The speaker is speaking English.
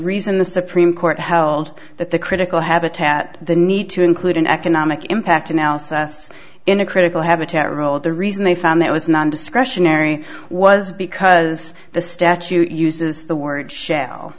reason the supreme court held that the critical habitat the need to include an economic impact analysis in a critical habitat role the reason they found that was nondiscretionary was because the statute uses the word shal